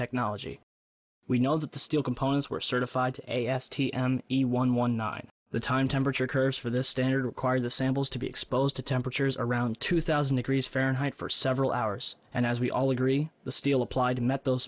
technology we know that the steel components were certified to a s t m e one one nine the time temperature curves for this standard require the samples to be exposed to temperatures around two thousand agrees fahrenheit for several hours and as we all agree the steel applied met those